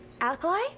Alkali